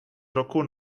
roku